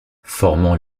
formant